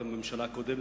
בממשלה הקודמת,